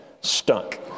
stunk